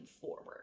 forward